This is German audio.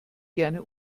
gerne